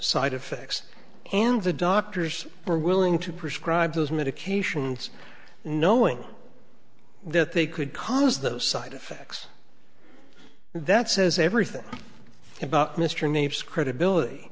side effects and the doctors were willing to prescribe those medications knowing that they could cause those side effects that says everything about mr naves credibility